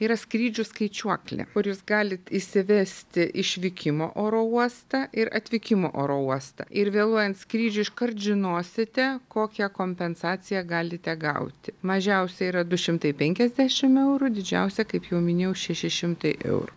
yra skrydžių skaičiuoklė kur jūs galit įsivesti išvykimo oro uostą ir atvykimo oro uostą ir vėluojant skrydžiui iškart žinosite kokią kompensaciją galite gauti mažiausia yra du šimtai penkiasdešimt eurų didžiausia kaip jau minėjau šeši šimtai eurų